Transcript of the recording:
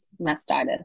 mastitis